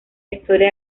historia